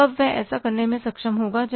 तो कब वह ऐसा करने में सक्षम होगा